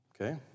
Okay